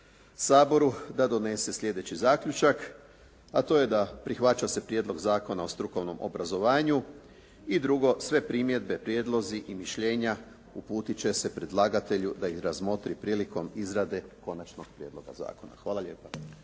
saboru da donese sljedeći zaključak. A to je da prihvaća se prijedlog Zakona o strukovnom obrazovanju i drugo sve primjedbe, prijedlozi i mišljenja uputit će se predlagatelju da ih razmotri prilikom izrade konačnog prijedloga zakona. Hvala lijepa.